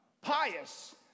pious